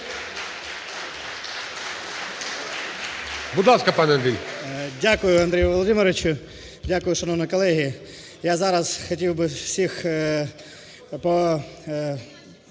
Дякую, Андрій Володимировичу. Дякую, шановні колеги. Я зараз хотів би всіх…